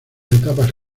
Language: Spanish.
etapas